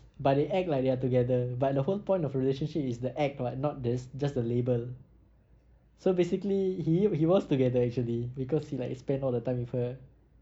but they act like they are together but the whole point of a relationship is the act lah not the just the label so basically he he was together actually because he like spend all the time with her